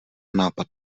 nápad